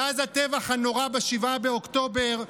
מאז הטבח הנורא ב-7 באוקטובר,